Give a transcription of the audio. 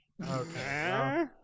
Okay